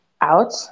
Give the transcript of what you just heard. out